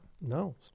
No